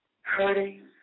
hurting